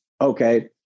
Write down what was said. okay